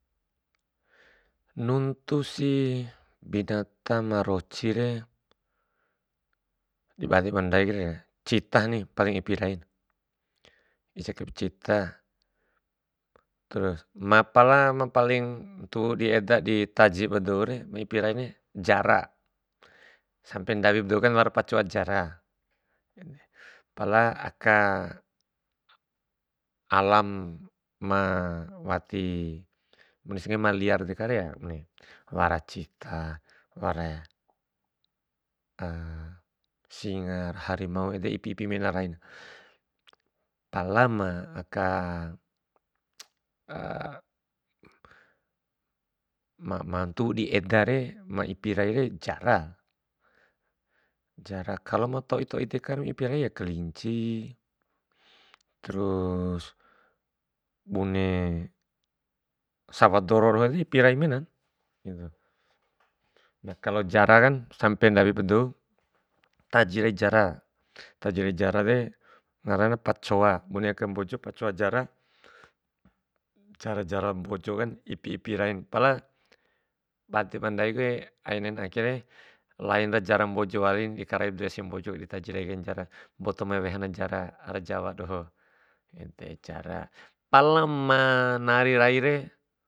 Nuntu si binata ma roci, di bade ba ndaire, cita ni ma paling ipi rai, ica kai cita terus ma pala ma ntuwu dieda kaip ba dou ma ipi raire jara, sampe ndawi ba doukan wara pa coa jara. Pala aka alam ma wati bunes nggahi ma liar deka re, wara cita, wara singa, harimau ede ipi- ipi mena rain. Pala ma aka ma- ma ntuwu di edare ma ipi raire, jara, jara kalo ma toi- toi deka re ma ipi raire, kalinci terus bune sawah doro rau ni, ipi rai menan. Kalo jara kan sampe ndawi ba dou taji rai jara, taji rai jarare ngarana pacoa, bune aka mbojo pacoa jara, pacoa jara aka mbojokan ipi ipi rain, pala bade ba ndaikure aina akere laina jara dou mbojo wali di karai dou ese mbojo wali di taji raikaina jara, mbotopa wehana jara ara jawa doho, ede jara. Pala ma nari raire.